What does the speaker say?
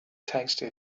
tasted